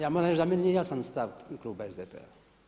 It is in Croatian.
Ja moram reći da meni nije jasan stav kluba SDP-a.